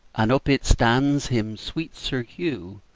and up it stands him sweet sir hugh,